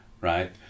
right